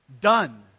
done